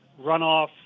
runoff